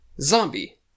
zombie